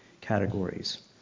categories